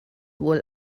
wohl